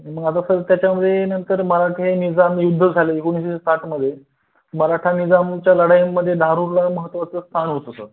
मग आता सर त्याच्यामध्ये नंतर मराठी हे निजाम युद्ध झाले एकोणीसशे साठमध्ये मराठा निजामच्या लढाईमध्ये धारूरला महत्त्वाचं स्थान होतं सर